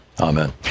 Amen